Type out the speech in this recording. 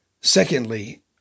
Secondly